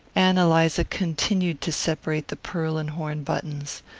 ann eliza continued to separate the pearl and horn buttons.